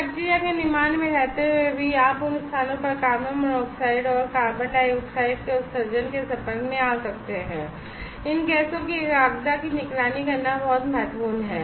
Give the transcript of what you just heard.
bacteria के निर्माण में रहते हुए भी आप उन स्थानों पर कार्बन मोनोऑक्साइड और कार्बन डाइऑक्साइड के उत्सर्जन के संपर्क में आ सकते हैं इन गैसों की एकाग्रता की निगरानी करना बहुत महत्वपूर्ण है